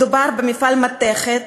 מדובר במפעל מתכת